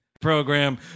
Program